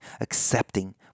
accepting